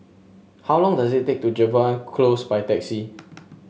how long does it take to Jervois Close by taxi